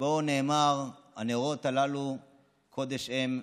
שבו נאמר: "הנרות הללו קודש הם,